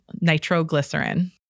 nitroglycerin